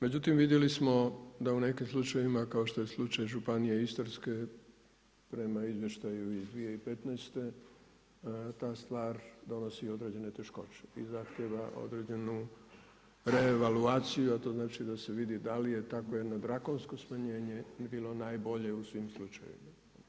Međutim, vidjeli smo da u nekim slučajevima kao što je slučaj Županije istarske prema izvještaju iz 2015. ta stvar donosi određene teškoće i zahtijeva određenu revaluaciju, a to znači da se vidi da li je takvo jedno drakonsko smanjenje bilo najbolje u svim slučajevima.